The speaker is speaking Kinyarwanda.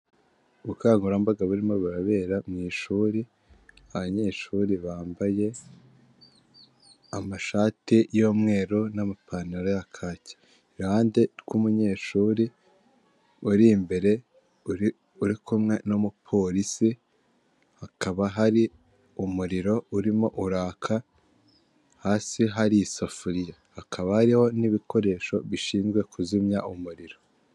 Ubukangurambaga burimo burabera mu ishuri abanyeshuri bambaye amashati y'umweru, n'amapantaro ra kake, iruhande rw'umunyeshuri uri imbere uri kumwe n'umupolisi hakaba hari umuriro urimo uraka hasi hari isafuriya hakaba hariho n'ibikoresho bishinzwe kuzimya umuriro.